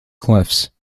cliffs